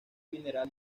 mineral